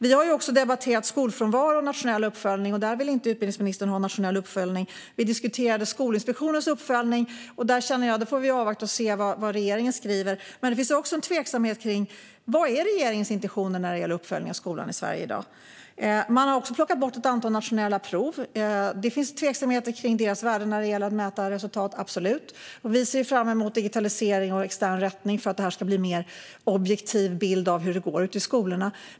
Vi har också debatterat skolfrånvaro, och där vill inte utbildningsministern ha nationell uppföljning. Vi diskuterade Skolinspektionens uppföljning, och där känner jag att vi får avvakta och se vad regeringen skriver. Men det finns en tveksamhet kring regeringens intentioner när det gäller uppföljningen av skolan i Sverige i dag. Man har också plockat bort ett antal nationella prov. Det finns absolut tveksamheter kring deras värde när det gäller att mäta resultat. Vi ser fram emot digitalisering och extern rättning för att de ska ge en mer objektiv bild av hur det går ute i skolorna.